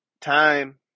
Time